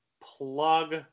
plug